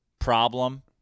problem